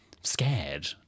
scared